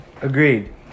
Agreed